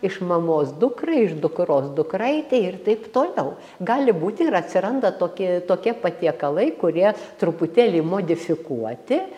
iš mamos dukrai iš dukros dukraitei ir taip toliau gali būti ir atsiranda tokie tokie patiekalai kurie truputėlį modifikuoti